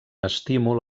estímul